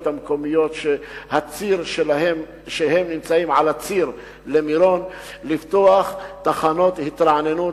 המקומיות שנמצאות על הציר למירון לפתוח תחנות התרעננות,